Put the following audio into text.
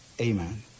Amen